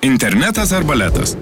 internetas ar baletas